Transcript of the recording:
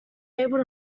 able